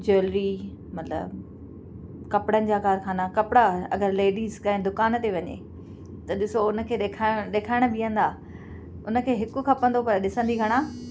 jewellery मतिलब कपिड़नि जा कारखाना कपिड़ा अगरि लेडीज़ कंहिं दुकान ते वञे त ॾिसो उनखे ॾेखारिणु ॾेखारिणु बीहंदा उनखे हिकु खपंदो पर पर ॾिसंदी घणा